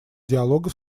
диалога